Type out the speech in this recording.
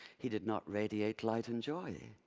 he did not radiate light and joy.